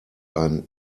ein